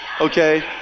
Okay